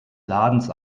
ladens